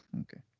Okay